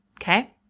okay